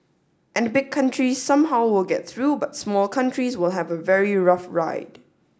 and big countries somehow will get through but small countries will have a very rough ride